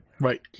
Right